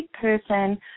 person